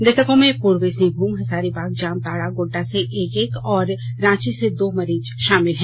मृतकों में पूर्वी सिंहभूम हजारीबाग जामताडा गोड्डा से एक एक और रांची से दो मरीज शामिल हैं